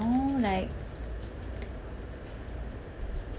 you know like